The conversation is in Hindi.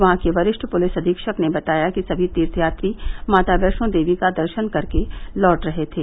वहां के वरिष्ठ पुलिस अधीक्षक ने बताया कि समी तीर्थयात्री माता वैष्णो देवी का दर्शन कर के लौट रहे थे